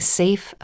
safe